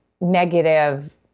negative